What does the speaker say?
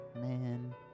Man